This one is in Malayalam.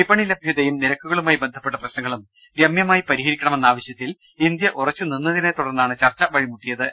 വിപണി ലഭ്യതയും നിരക്കുകളുമായി ബന്ധപ്പെട്ട പ്രശ്നങ്ങളും രമ്യമായി പരിഹരിക്കണമെന്ന ആവശ്യത്തിൽ ഇന്ത്യ ഉറച്ചുനിന്നതിനെ തുടർന്നാണ് ചർച്ച വഴിമുട്ടിയത്